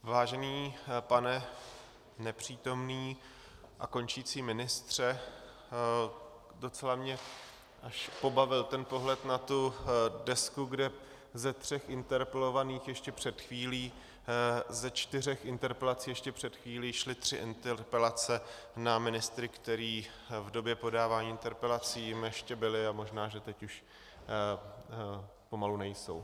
Vážený pane nepřítomný a končící ministře, docela mě až pobavil ten pohled na tu desku, kde ze tří interpelovaných ještě před chvíli, ze čtyř interpelací ještě před chvílí šly tři interpelace na ministry, kteří v době podávání interpelací ještě byli a možná, že teď už pomalu nejsou.